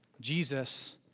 Jesus